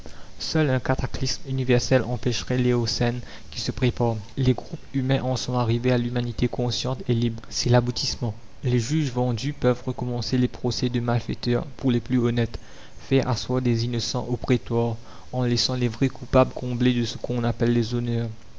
seul un cataclysme universel empêcherait l'éocène qui se prépare la commune les groupes humains en sont arrivés à l'humanité consciente et libre c'est l'aboutissement les juges vendus peuvent recommencer les procès de malfaiteurs pour les plus honnêtes faire asseoir des innocents au prétoire en laissant les vrais coupables comblés de ce qu'on appelle les honneurs